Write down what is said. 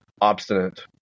obstinate